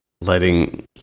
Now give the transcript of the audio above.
letting